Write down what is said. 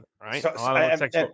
right